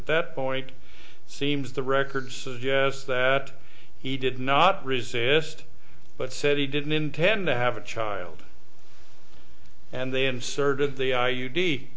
at that point seems the records suggest that he did not resist but said he didn't intend to have a child and they inserted the i